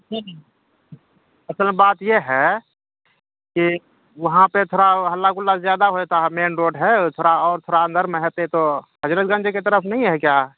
نہیں نہیں اصل میں بات یہ ہے کہ وہاں پہ تھوڑا ہلا گلا زیادہ ہوتا ہے مین روڈ ہے تھوڑا اور تھوڑا اندر میں ہیتے تو حضرت گنج کی طرف نہیں ہے کیا